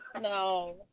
No